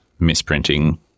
misprinting